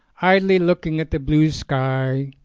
idly looking at the blue sky,